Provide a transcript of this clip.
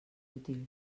útil